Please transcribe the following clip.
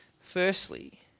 Firstly